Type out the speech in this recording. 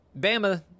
Bama